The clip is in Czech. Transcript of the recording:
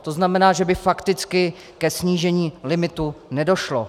To znamená, že by fakticky ke snížení limitu nedošlo.